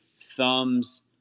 thumbs